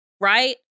right